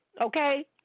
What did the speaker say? okay